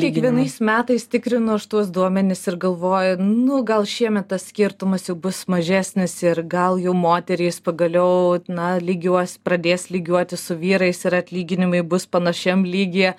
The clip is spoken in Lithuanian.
kiekvienais metais tikrinu aš tuos duomenis ir galvoju nu gal šiemet tas skirtumas jau bus mažesnis ir gal jau moterys pagaliau na lygiuos pradės lygiuotis su vyrais ir atlyginimai bus panašiam lygyje